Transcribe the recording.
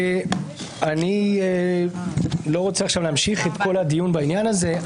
אני לא רוצה להמשיך עכשיו את כל הדיון בעניין הזה.